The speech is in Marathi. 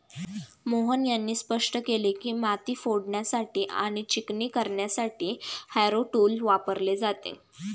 मोहन यांनी स्पष्ट केले की, माती फोडण्यासाठी आणि चिकणी करण्यासाठी हॅरो टूल वापरले जाते